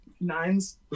nines